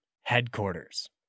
Headquarters